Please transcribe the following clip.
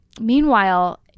Meanwhile